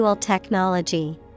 Technology